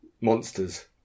monsters